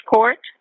Court